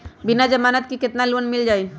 बिना जमानत के केतना लोन मिल जाइ?